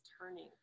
turning